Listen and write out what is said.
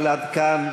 אבל עד כאן,